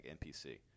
NPC